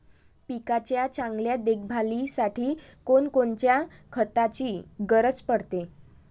पिकाच्या चांगल्या देखभालीसाठी कोनकोनच्या खताची गरज पडते?